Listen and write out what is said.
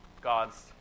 God's